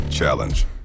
Challenge